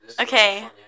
Okay